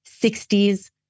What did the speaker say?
60s